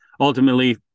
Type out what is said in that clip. Ultimately